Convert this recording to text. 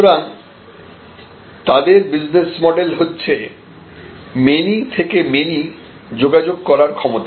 সুতরাং তাদের business model হচ্ছে মেনি থেকে মেনি যোগাযোগ করার ক্ষমতা